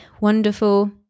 wonderful